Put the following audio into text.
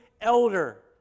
elder